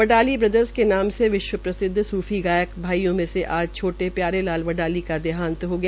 Badali brothers के नमा विश्व प्रसिद्व सूफी गायक भाईयों में से आज छोटे प्यारे लाल बडाली का देंहात हो गया